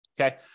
Okay